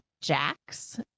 Jax